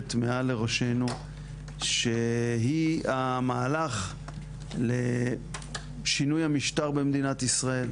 מעל לראשינו שהיא המהלך לשינוי המשטר במדינת ישראל,